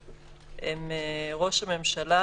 הוא: ראש הממשלה,